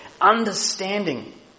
Understanding